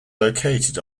located